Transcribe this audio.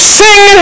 sing